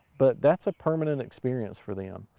but that's a permanent experience for them.